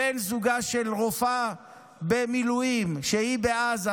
או בן זוגה של רופאה במילואים שהיא בעזה,